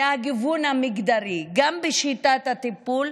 והוא הגיוון המגדרי, גם בשיטת הטיפול,